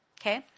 okay